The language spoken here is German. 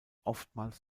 oftmals